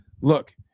Look